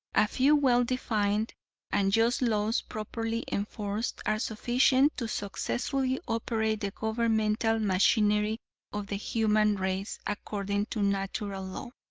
a few well-defined and just laws properly enforced are sufficient to successfully operate the governmental machinery of the human race according to natural law.